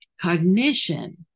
Cognition